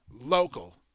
local